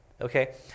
okay